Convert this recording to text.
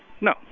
No